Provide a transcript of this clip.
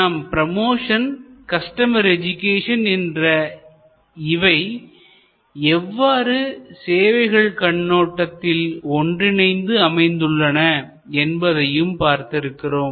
நாம் promotion customer education promotion customer education என்ற இவை எவ்வாறு சேவைகள் கண்ணோட்டத்தில் ஒன்றிணைந்து அமைந்துள்ளன என்பதையும் பார்த்திருக்கிறோம்